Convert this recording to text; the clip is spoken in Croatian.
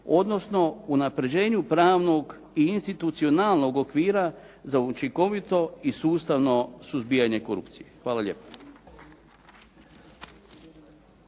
odnosno unapređenju pravnog i institucionalnog okvira za učinkovito i sustavno suzbijanje korupcije. Hvala lijepo.